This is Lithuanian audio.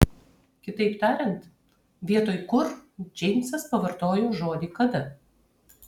kitaip tariant vietoj kur džeimsas pavartojo žodį kada